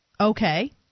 Okay